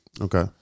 Okay